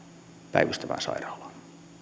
päivystävään sairaalaan